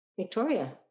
Victoria